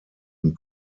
und